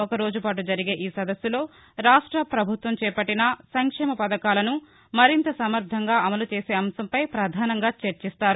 ఒకరోజు పాటు జరిగే ఈ సదస్సులో రాష్ట్ర పభుత్వం చేపట్టిన సంక్షేమ పథకాలను మరింత సమర్టంగా అమలుచేసే అంశంపై పధానంగా చర్చిస్తారు